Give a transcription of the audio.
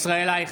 ישראל אייכלר,